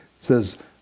says